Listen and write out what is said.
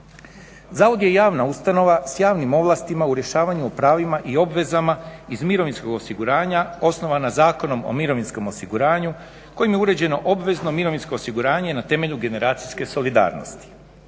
zavod je javna ustanova s javnim ovlastima u rješavanju o pravima i obvezama iz mirovinskog osiguranja osnovana Zakonom o mirovinskom osiguranju kojim je uređeno obvezno mirovinsko osiguranje na temelju generacijske solidarnosti.